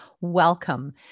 welcome